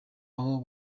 aho